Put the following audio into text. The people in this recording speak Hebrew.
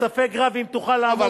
וספק רב אם תוכל לעמוד במבחן המשפטי,